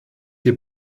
wir